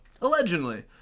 allegedly